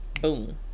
boom